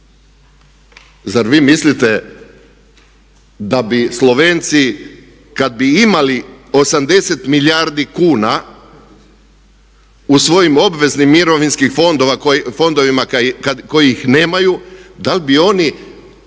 Zar vi mislite da bi Slovenci kada bi imali 80 milijardi kuna u svojim obveznim mirovinskim fondovima kojih nemaju da li bi oni